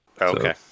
Okay